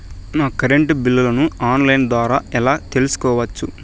నా కరెంటు బిల్లులను online ద్వారా ఎలా తెలుసుకోవచ్చు?